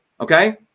okay